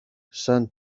σαν